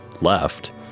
left